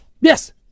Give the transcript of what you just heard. Yes